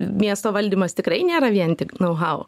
miesto valdymas tikrai nėra vien tik nau hau